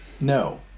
No